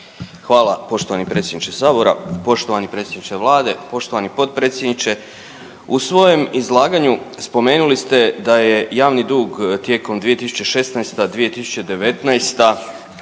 Hvala poštovani predsjedniče sabora, poštovani predsjedniče vlade, poštovani potpredsjedniče. U svojem izlaganju spomenuli ste da je javni dug tijekom 2016.-2019.